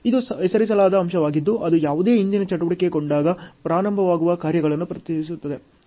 ಇದು ಹೆಸರಿಸಲಾದ ಅಂಶವಾಗಿದ್ದು ಅದು ಯಾವುದೇ ಹಿಂದಿನ ಚಟುವಟಿಕೆ ಕೊನೆಗೊಂಡಾಗ ಪ್ರಾರಂಭವಾಗುವ ಕಾರ್ಯಗಳನ್ನು ಪ್ರತಿನಿಧಿಸುತ್ತದೆ